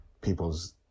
people's